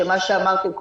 מה שאמרתם קודם,